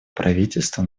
правительства